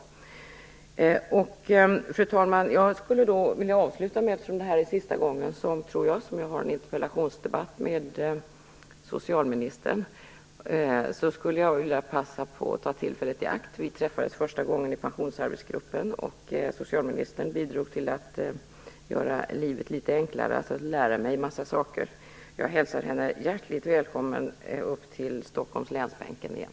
Fru talman! Jag skulle vilja avsluta med att säga att socialministern och jag träffades första gången i pensionsarbetsgruppen, och socialministern bidrog till att göra livet litet enklare för mig genom att lära mig en massa saker. Eftersom jag tror att det här är sista gången som jag för en interpellationsdebatt med socialminister Ingela Thalén skulle jag vilja ta tillfället i akt och hälsa henne hjärtligt välkommen till stockholmarnas länsbänk igen.